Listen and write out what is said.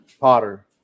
Potter